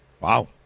Wow